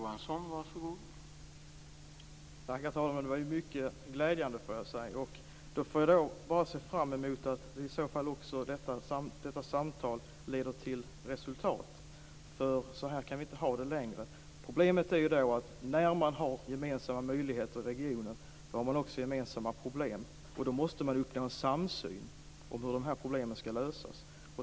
Herr talman! Det var mycket glädjande att höra det. Nu är det bara att se fram emot att också detta samtal leder till resultat. För så här kan vi inte ha det längre. Problemet är att när man har gemensamma möjligheter i regionen har man också gemensamma problem. Då måste man uppnå en samsyn om hur problemen skall lösas.